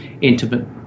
intimate